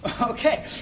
okay